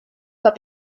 but